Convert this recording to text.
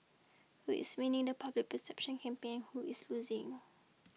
who is winning the public perception campaign who is losing